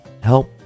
help